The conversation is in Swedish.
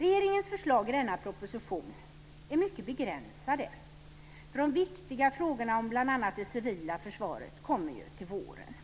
Regeringens förslag i denna proposition är mycket begränsade. De viktiga frågorna, bl.a. om det civila försvaret, kommer ju till våren.